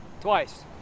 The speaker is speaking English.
twice